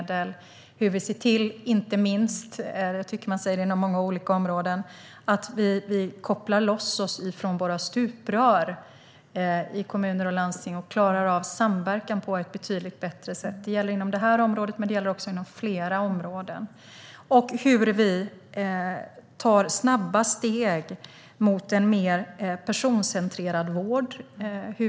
Det handlar inte minst om hur vi ser till - vilket jag tycker att man säger inom många olika områden - att vi kopplar loss oss från våra stuprör i kommuner och landsting och klarar av samverkan på ett betydligt bättre sätt. Det gäller inom det här området, men det gäller också inom flera andra områden. Det handlar om hur vi tar snabba steg mot en mer personcentrerad vård.